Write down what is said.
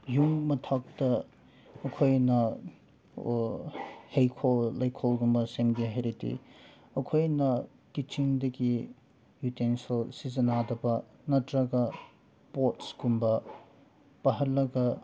ꯌꯨꯝ ꯃꯊꯛꯇ ꯑꯩꯈꯣꯏꯅ ꯍꯩꯀꯣꯜ ꯂꯩꯀꯣꯜꯒꯨꯝꯕ ꯁꯦꯝꯒꯦ ꯍꯥꯏꯔꯗꯤ ꯑꯩꯈꯣꯏꯅ ꯀꯤꯆꯟꯗꯒꯤ ꯌꯨꯇꯦꯟꯁꯤꯜ ꯁꯤꯖꯤꯟꯅꯗꯕ ꯅꯠꯇ꯭ꯔꯒ ꯄꯣꯠꯁꯀꯨꯝꯕ ꯄꯥꯛꯍꯜꯂꯒ